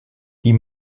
die